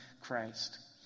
Christ